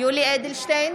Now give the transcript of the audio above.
יולי יואל אדלשטיין,